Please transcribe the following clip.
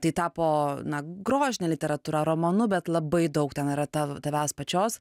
tai tapo na grožine literatūra romanu bet labai daug ten yra tav tavęs pačios